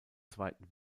zweiten